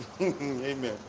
Amen